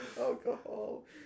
alcohol